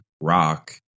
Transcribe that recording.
rock